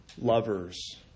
lovers